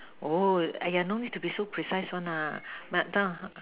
oh !aiya! no need to be so precise one nah mark down